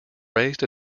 raised